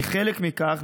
כחלק מכך,